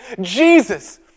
Jesus